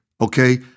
okay